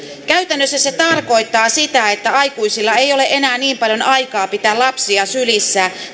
käytännössä se tarkoittaa sitä että aikuisilla ei ole enää niin paljon aikaa pitää lapsia sylissä